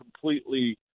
completely